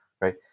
right